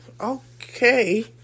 okay